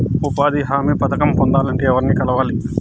ఉపాధి హామీ పథకం పొందాలంటే ఎవర్ని కలవాలి?